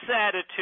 attitude